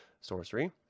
sorcery